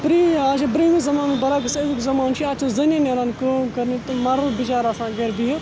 پرٛٲنۍ اَز چھِ برٛنٛمہِ زمانُک برعکس یُس سا آزیُک زمانہِ چھِ اَز چھِ زٔنی نیران کٲم کَرنہِ تہٕ مَرٕد بِچارٕ آسان گَرِ بِہِتھ